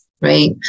right